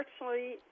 unfortunately